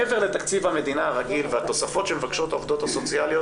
מעבר לתקציב המדינה הרגיל והתוספות שמבקשות העובדות הסוציאליות